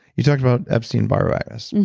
you talked about epstein-barr virus